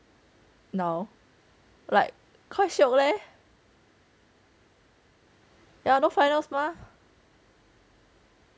now like quite shiok leh ya no finals mah